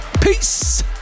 peace